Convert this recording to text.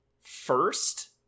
first